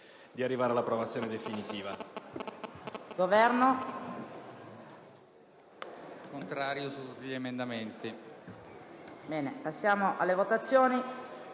di arrivare all'approvazione definitiva